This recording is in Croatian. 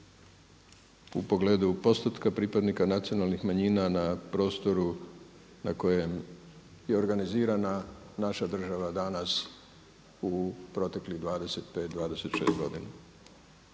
u pogledu postotka pripadnika nacionalnih manjina na prostoru na kojem je organizirana naša država danas u proteklih 25, 26 godina